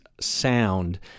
sound